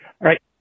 right